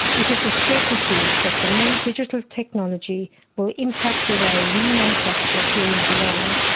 it is a certainty that the new digital technology will impact the way we manufacture here in geelong,